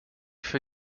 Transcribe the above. für